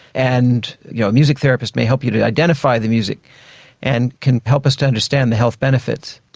and you know a music therapist may help you to identify the music and can help us to understand the health benefits.